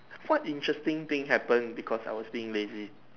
what interesting thing happen because I was being lazy